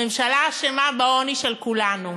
הממשלה אשמה בעוני של כולנו.